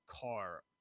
car